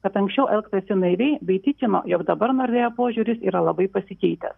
kad anksčiau elgtasi naiviai bei tikino jog dabar nordea požiūris yra labai pasikeitęs